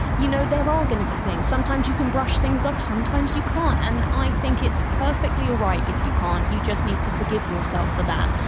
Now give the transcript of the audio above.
you know, there are going to be things. sometimes you can brush things off, sometimes you can't and i think it's perfectly alright if you can't, you just need to forgive yourself for that.